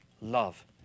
love